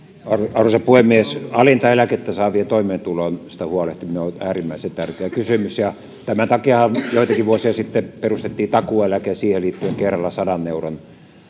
arvoisa puhemies alinta eläkettä saavien toimeentulosta huolehtiminen on äärimmäisen tärkeä kysymys ja tämän takiahan joitakin vuosia sitten perustettiin takuueläke ja siihen liittyen kerralla sadan euron